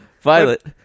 Violet